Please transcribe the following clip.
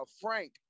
Frank